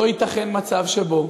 לא ייתכן מצב שבו